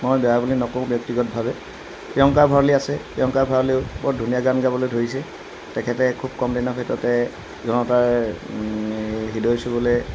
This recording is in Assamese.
মই বেয়া বুলি নকওঁ ব্যক্তিগতভাৱে প্ৰিয়ংকা ভঁৰালী আছে প্ৰিয়ংকা ভঁৰালীয়েও বৰ ধুনীয়া গান গাবলৈ ধৰিছে তেখেতে খুব কম দিনৰ ভিতৰতে জনতাৰ এই হৃদয় চুবলৈ